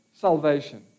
salvation